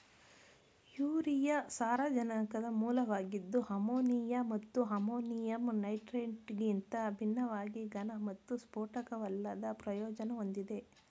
urea ಸಾರಜನಕದ ಮೂಲವಾಗಿದ್ದು ammonia ಮತ್ತು ಅಮೋನಿಯಂ ನೈಟ್ರೇಟ್ಗಿಂತ ಭಿನ್ನವಾಗಿ ಘನ ಮತ್ತು ಸ್ಫೋಟಕವಲ್ಲದ ಪ್ರಯೋಜನ ಹೊಂದಿದೆ